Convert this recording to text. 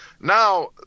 Now